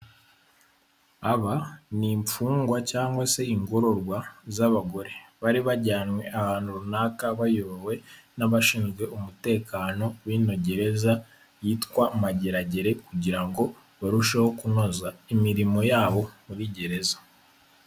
Aba ni imfungwa cyangwa se ingororwa z'abagore, bari bajyanywe ahantu runaka bayobowe n'abashinzwe umutekano b'ino gereza yitwa Mageragere kugira ngo barusheho kunoza imirimo yabo muri gereza.